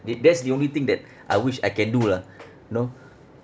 the that's the only thing that I wish I can do lah you know